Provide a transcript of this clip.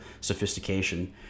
sophistication